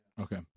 Okay